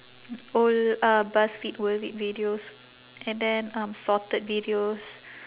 old uh buzzfeed worth it videos and then um sorted videos